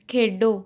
ਖੇਡੋ